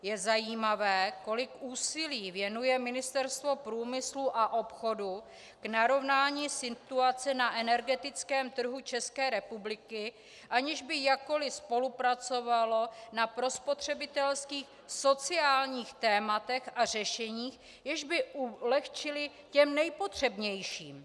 Je zajímavé, kolik úsilí věnuje Ministerstvo průmyslu a obchodu narovnání situace na energetickém trhu České republiky, aniž by jakkoli spolupracovalo na prospotřebitelských sociálních tématech a řešeních, jež by ulehčila těm nejpotřebnějším.